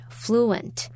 fluent